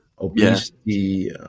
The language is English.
Obesity